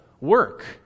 work